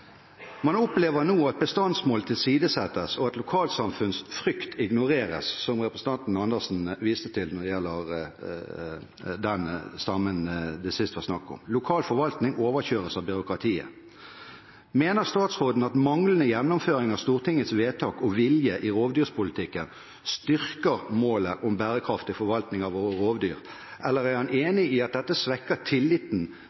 Man opplever nå at bestandsmål tilsidesettes, og at lokalsamfunns frykt ignoreres, som representanten Andersen viste til når det gjelder den stammen det sist var snakk om. Lokal forvaltning overkjøres av byråkratiet. Mener statsråden at manglende gjennomføring av Stortingets vedtak og vilje i rovdyrpolitikken styrker målet om bærekraftig forvaltning av våre rovdyr, eller er han